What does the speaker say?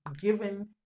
given